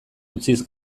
utziz